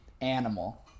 animal